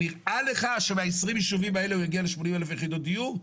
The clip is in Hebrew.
נראה לך שמה 20 יישובים האלה הוא יגיע ל 80,000 יחידות דיור?